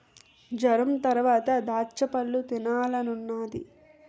జొరంతరవాత దాచ్చపళ్ళు తినాలనున్నాది